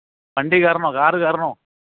വണ്ടി കയറണോ കാറ് കയറണോ